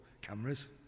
cameras